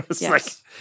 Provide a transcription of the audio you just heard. Yes